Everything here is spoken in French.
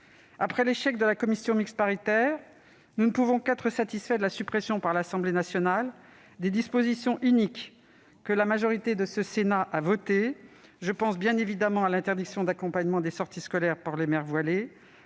Après l'échec de la commission mixte paritaire, nous ne pouvons qu'être satisfaits de la suppression par l'Assemblée nationale des dispositions iniques votées par la majorité du Sénat. Je pense, bien évidemment, à l'interdiction d'accompagnement des sorties scolaires pour les mères voilées,